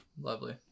Lovely